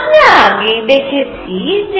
আমরা আগেই দেখেছি যে